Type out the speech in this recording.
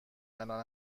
الان